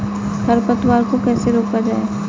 खरपतवार को कैसे रोका जाए?